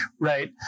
right